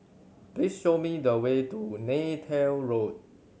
please show me the way to Neythal Road